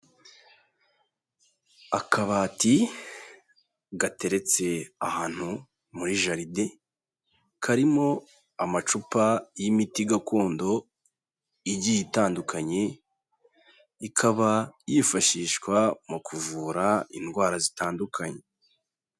Akabati gateretse ahantu muri jaride, karimo amacupa y'imiti gakondo igiye itandukanye, ikaba yifashishwa mu kuvura indwara zitandukanye.